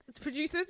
Producers